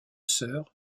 sœurs